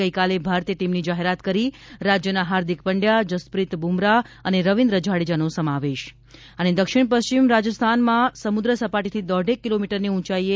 ગઇકાલે ભારતીય ટીમની જાહેરાત કરી રાજ્યના હાર્દિક પંડચા જસપ્રિત બ્રમરાહ અને રવિન્દ્ર જાડેજાનો સમાવેશ દક્ષિણ પશ્ચિમ રાજસ્થાનમાં સમુદ્ર સપાટીથી દોઢેક કિલોમીટરની ઉંચાઇએ